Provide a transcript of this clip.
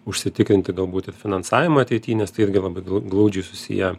užsitikrinti galbūt ir finansavimą ateity nes tai irgi labai glaudžiai susiję